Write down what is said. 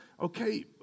Okay